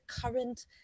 current